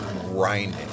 grinding